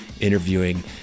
interviewing